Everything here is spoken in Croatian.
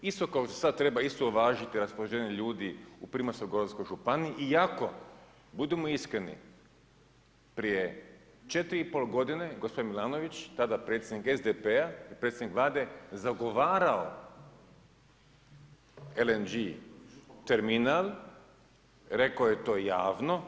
Isto kao što sad treba isto uvažiti raspoloženje ljudi u Primorsko-goranskoj županiji iako, budimo iskreni, prije 4,5 godine gospodin Milanović, tada predsjednik SDP-a i predsjednik Vlade zagovarao LNG terminal, rekao je to javno.